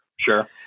sure